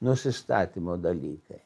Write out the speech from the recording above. nusistatymo dalykai